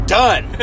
done